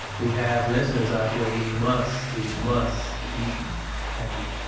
we have listeners out there. we must, we must keep happy